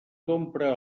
compra